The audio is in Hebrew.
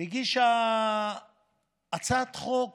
והגישה הצעת חוק